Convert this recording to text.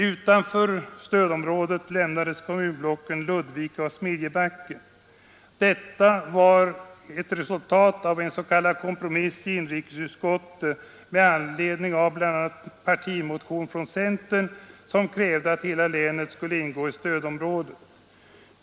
Utanför stödområdet lämnades kommunblocken Ludvika och Smedjebacken. Detta var ett resultat av en s.k. kompromiss i inrikesutskottet med anledning av bl.a. en partimotion från centern, vari krävdes att hela länet skulle ingå i stödområdet.